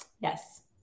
yes